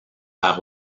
vers